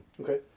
Okay